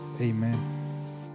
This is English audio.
Amen